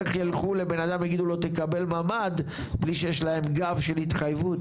איך ילכו לבן אדם יגידו לו תקבל ממ"ד בלי שיש להם גב של התחייבות?